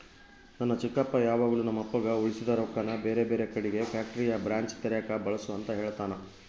ನನ್ನ ಚಿಕ್ಕಪ್ಪ ಯಾವಾಗಲು ನಮ್ಮಪ್ಪಗ ಉಳಿಸಿದ ರೊಕ್ಕನ ಬೇರೆಬೇರೆ ಕಡಿಗೆ ಫ್ಯಾಕ್ಟರಿಯ ಬ್ರಾಂಚ್ ತೆರೆಕ ಬಳಸು ಅಂತ ಹೇಳ್ತಾನಾ